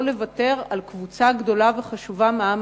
לא לוותר על קבוצה גדולה וחשובה מהעם